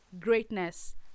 greatness